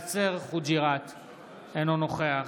אינו נוכח